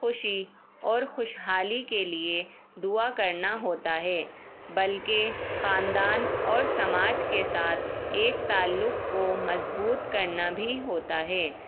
خوشی اور خوشحالی کے لیے دعا کرنا ہوتا ہے بلکہ خاندان اور سماج کے ساتھ ایک تعلق کو مضبوط کرنا بھی ہوتا ہے